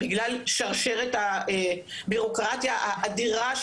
בגלל שרשרת הביורוקרטיה האדירה,